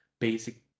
basic